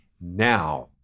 now